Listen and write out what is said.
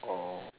oh